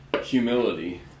humility